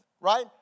Right